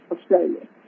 Australia